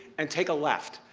and take a left,